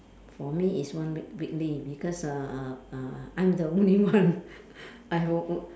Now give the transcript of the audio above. for me it's one week weekly because uh uh uh I'm the only one I o~ o~